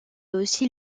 aussi